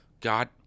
God